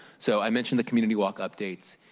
so i mentioned the community walk updates.